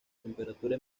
temperatura